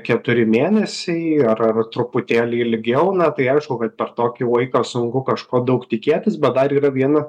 keturi mėnesiai ar ar truputėlį ilgiau na tai aišku kad per tokį laiką sunku kažko daug tikėtis bet dar yra viena